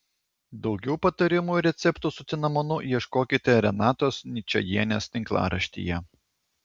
daugiau patarimų ir receptų su cinamonu ieškokite renatos ničajienės tinklaraštyje